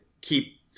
keep